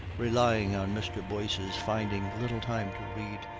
relying on mr. boyce's finding little time to read,